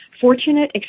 fortunate